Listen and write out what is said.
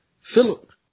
philip